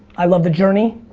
i love the journey.